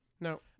No